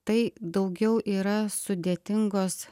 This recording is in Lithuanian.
tai daugiau yra sudėtingos